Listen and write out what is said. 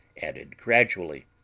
added gradually.